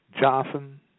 Johnson